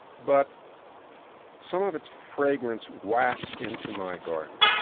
but some of its fragrance wafts into my garden.